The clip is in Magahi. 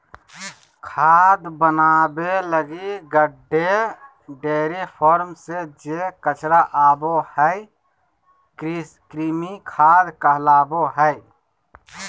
खाद बनाबे लगी गड्डे, डेयरी फार्म से जे कचरा आबो हइ, कृमि खाद कहलाबो हइ